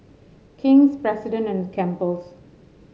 King's President and Campbell's